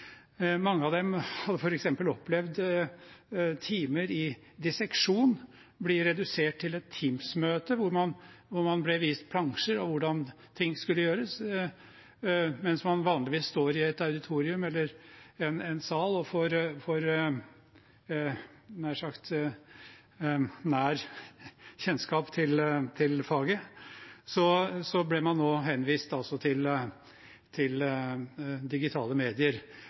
Mange av dem hadde f.eks. opplevd timer i disseksjon bli redusert til et Teams-møte hvor man ble vist plansjer av hvordan ting skulle gjøres. Mens man vanligvis står i et auditorium eller en sal og får nær sagt nær kjennskap til faget, ble man nå henvist til digitale medier.